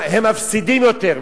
הם מפסידים יותר.